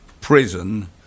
prison